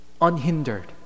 unhindered